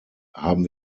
haben